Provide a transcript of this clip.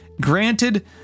Granted